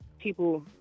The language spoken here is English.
people